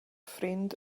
ffrind